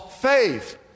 faith